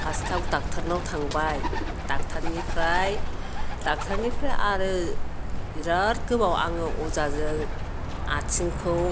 first आव doctor नाव थांबाय डक्टर निफ्राय आरो बिराद गोबाव आङो अजाजों आथिंखौ